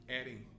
adding